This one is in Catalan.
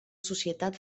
societat